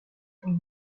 temps